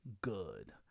good